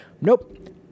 nope